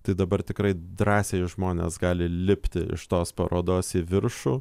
tai dabar tikrai drąsiai žmonės gali lipti iš tos parodos į viršų